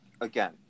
again